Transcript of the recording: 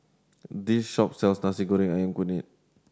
this shop sells Nasi Goreng Ayam Kunyit